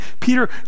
Peter